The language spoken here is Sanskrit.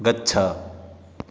गच्छ